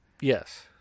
Yes